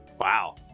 Wow